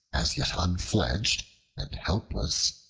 as yet unfledged and helpless,